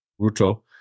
Ruto